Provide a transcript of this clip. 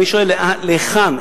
אני שואל: להיכן,